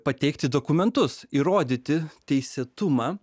pateikti dokumentus įrodyti teisėtumą